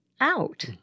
out